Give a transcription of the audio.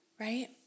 Right